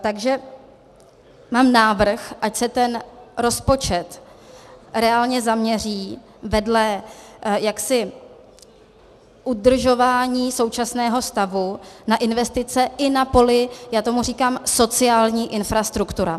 Takže mám návrh, ať se ten rozpočet reálně zaměří vedle jaksi udržování současného stavu na investice i na poli já tomu říkám sociální infrastruktura.